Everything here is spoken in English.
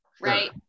right